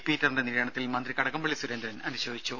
പീറ്ററിന്റെ നിര്യാണത്തിൽ മന്ത്രി കടകംപള്ളി സുരേന്ദ്രൻ അനുശോചിച്ചു